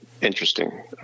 interesting